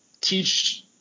teach